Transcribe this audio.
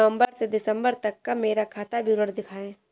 नवंबर से दिसंबर तक का मेरा खाता विवरण दिखाएं?